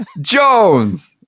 Jones